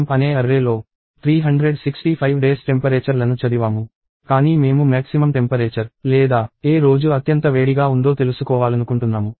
మేము temp అనే array లో 365 డేస్ టెంపరేచర్ లను చదివాము కానీ మేము మ్యాక్సిమమ్ టెంపరేచర్ లేదా ఏ రోజు అత్యంత వేడిగా ఉందో తెలుసుకోవాలనుకుంటున్నాము